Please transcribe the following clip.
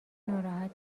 ناراحت